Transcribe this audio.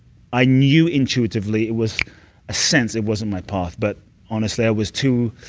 i knew intuitively. it was a sense. it wasn't my path, but honestly i was too